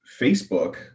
Facebook